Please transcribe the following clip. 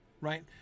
right